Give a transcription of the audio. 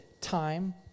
Time